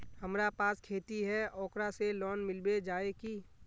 हमरा पास खेती है ओकरा से लोन मिलबे जाए की?